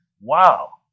Wow